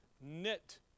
knit